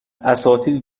اساتید